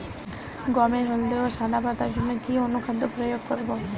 গমের হলদে ও সাদা পাতার জন্য কি অনুখাদ্য প্রয়োগ করব?